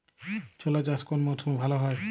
ছোলা চাষ কোন মরশুমে ভালো হয়?